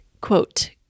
Quote